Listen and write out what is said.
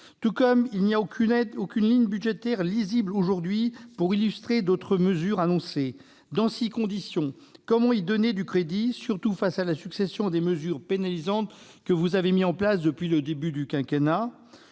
Tout comme il n'y a aucune ligne budgétaire pour illustrer d'autres dispositifs annoncés. Dans ces conditions, comment y donner du crédit, surtout après la succession de mesures pénalisantes que vous avez mises en place depuis le début du quinquennat ?